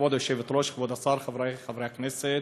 כבוד היושבת-ראש, כבוד השר, חברי חברי הכנסת,